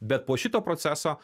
bet po šito proceso